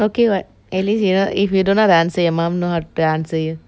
okay [what] at least you know if you don't know the answer your mum know how to answer you